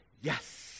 yes